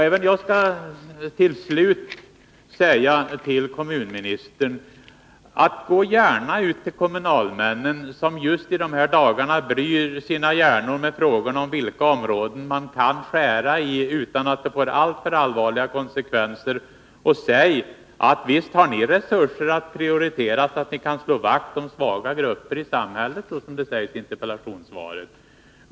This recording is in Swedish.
Till slut vill jag säga till kommunministern: Gå gärna ut till kommunalmännen, som just i dessa dagar bryr sina hjärnor med frågan om vilka områden man kan skära i utan att det får alltför allvarliga konsekvenser, och säg till dem: Visst har ni resurser att prioritera så att ni kan slå vakt om svaga grupper i samhället! Det är ju vad som sägs i interpellationssvaret.